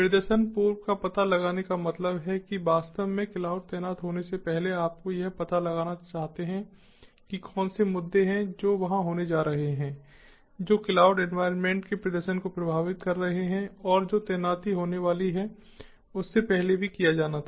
प्रदर्शन पूर्व का पता लगाने का मतलब है कि वास्तव में क्लाउड तैनात होने से पहले आप यह पता लगाना चाहते हैं कि कौन से मुद्दे हैं जो वहां होने जा रहे हैं जो क्लाउड एनवायरनमेंट के प्रदर्शन को प्रभावित कर रहे हैं और जो तैनाती होने वाली है उससे पहले भी किया जाना था